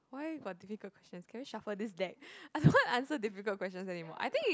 why got difficult questions can we shuffle this deck I don't want to answer difficult questions anymore I think